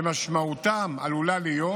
שמשמעותם עלולה להיות